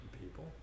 people